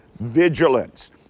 vigilance